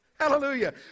Hallelujah